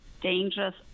dangerous